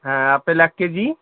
হ্যাঁ আপেল এক কেজি